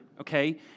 okay